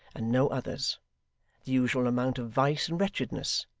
and no others the usual amount of vice and wretchedness,